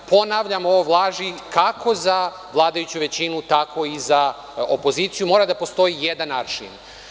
Ponavljam, ovo važi kako za vladajuću većinu, tako i za opoziciju mora da postoji jedan aršin.